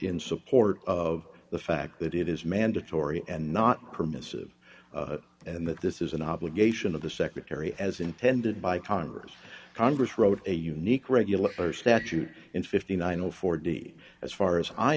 in support of the fact that it is mandatory and not permissive and that this is an obligation of the secretary as intended by congress congress wrote a unique regular statute in fifty nine dollars forty cents as far as i